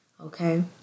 okay